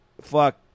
fuck